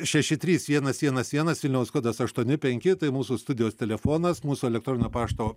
šeši trys vienas vienas vienas vilniaus kodas aštuoni penki mūsų studijos telefonas mūsų elektroninio pašto